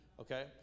Okay